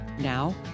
Now